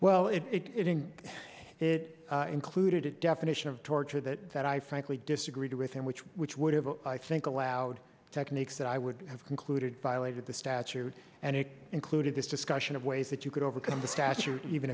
well if it is it included that definition of torture that that i frankly disagreed with and which which would have i think allowed techniques that i would have concluded violated the statute and it included this discussion of ways that you could overcome the statute even